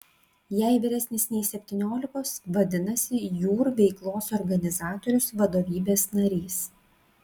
jei vyresnis nei septyniolikos vadinasi jūr veiklos organizatorius vadovybės narys